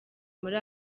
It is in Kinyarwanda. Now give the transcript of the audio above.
muri